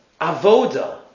avoda